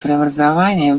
преобразований